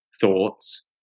thoughts